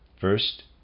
first